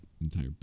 entire